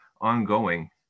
ongoing